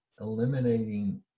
eliminating